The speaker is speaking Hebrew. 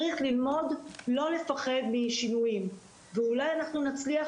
צריך ללמוד לא לפחד משינויים ואולי אנחנו נצליח